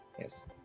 yes